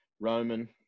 Roman